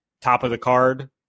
top-of-the-card